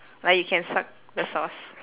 like you can suck the sauce